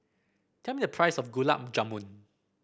tell me the price of Gulab Jamun